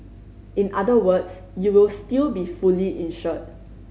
in other words you will still be fully insured